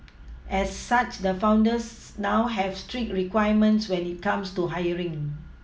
as such the founders now have strict requirements when it comes to hiring